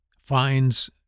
finds